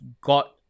got